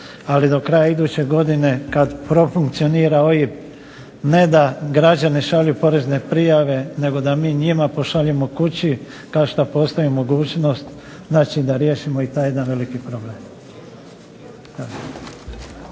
ali do kraja iduće godine kad profunkcionira OIB ne da građani šalju porezne prijave, nego da mi njima pošaljemo kući kao što postoji mogućnost, znači da riješimo i taj jedan veliki problem.